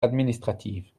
administratives